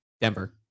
denver